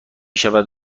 شود